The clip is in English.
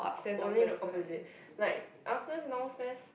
only opposite like upstairs downstairs